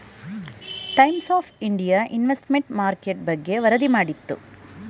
times of India investment market ಬಗ್ಗೆ ವರದಿ ಮಾಡಿತು